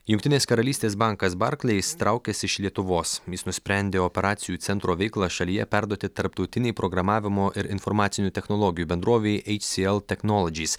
jungtinės karalystės bankas barkleis traukiasi iš lietuvos jisnusprendė operacijų centro veiklą šalyje perduoti tarptautinei programavimo ir informacinių technologijų bendrovei si el technolodžys